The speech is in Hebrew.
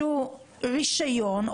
שוכר אדם שיערוך מחקר לעניין חומרי הדברה,